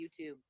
YouTube